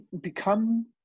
become